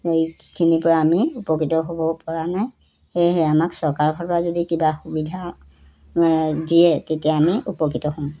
এইখিনিৰ পৰা আমি উপকৃত হ'ব পৰা নাই সেয়েহে আমাক চৰকাৰ ফালৰ পৰা যদি কিবা সুবিধা দিয়ে তেতিয়া আমি উপকৃত হ'ম